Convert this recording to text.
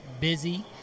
busy